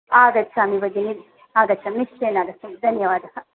आगच्छामि भगिनि आगच्छामि निश्चयेन आगच्छामि धन्यवादः